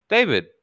David